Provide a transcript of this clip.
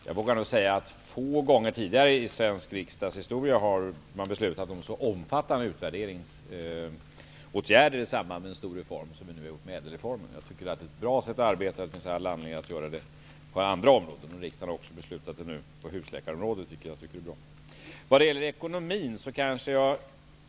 Jag vågar nog säga att man få gånger tidigare i den svenska riksdagens historia beslutat om så omfattande utvärderingsåtgärder i samband med en stor reform som vi nu har gjort vad gäller ÄDEL-reformen. Jag tycker att det är ett bra sätt att arbeta. Det finns all anledning att besluta om utvärderingar på andra områden. Riksdagen har också beslutat att göra en utvärdering på husläkarområdet, vilket jag tycker är bra.